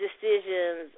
decisions